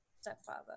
stepfather